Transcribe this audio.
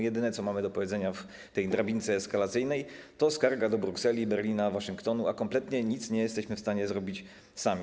Jedyne, co mamy do powiedzenia w tej drabince eskalacyjnej, to skarga do Brukseli, Berlina, Waszyngtonu, a kompletnie nic nie jesteśmy w stanie zrobić sami.